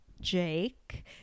Jake